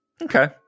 Okay